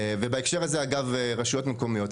ובהקשר הזה, אגב, רשויות מקומיות.